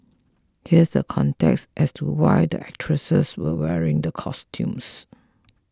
here's the context as to why the actresses were wearing the costumes